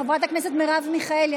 חברת הכנסת מרב מיכאלי,